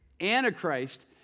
Antichrist